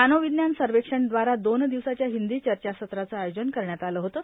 मानव विज्ञान सर्वेक्षण द्वारा दोन दिवसाच्या हिंदी चर्चासत्राचं आयोजन करण्यात आलं होतं